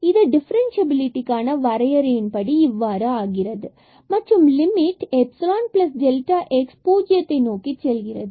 இது டிஃபரன்ஸ்சியபிலிடி கான வரையறையின் படி இவ்வாறு ஆகிறது மற்றும் லிமிட் epsilon டெல்டாx பூஜ்ஜியத்தை நோக்கி செல்கிறது